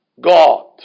God